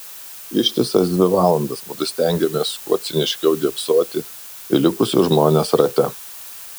ištisas dvi valandas mudu stengėmės kuo ciniškiau dėbsoti į likusius žmones rate